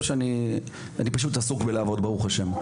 אני עסוק בלעבוד ברוך ה׳.